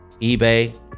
eBay